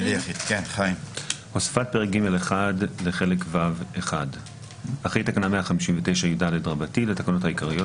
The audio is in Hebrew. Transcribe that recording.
15.הוספת פרק ג'1 לחלק ו'1 אחרי תקנה 158יד לתקנות העיקריות,